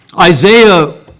Isaiah